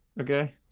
Okay